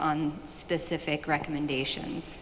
on specific recommendations